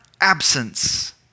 absence